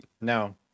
No